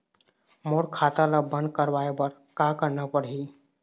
मोर खाता ला बंद करवाए बर का करना पड़ही?